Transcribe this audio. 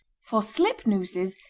for slip nooses,